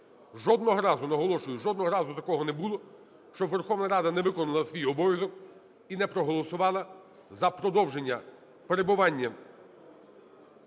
жодного разу, наголошую, жодного разу такого не було, щоб Верховна Рада не виконала свій обов'язок і не проголосувала за продовження перебування